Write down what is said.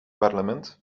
parlement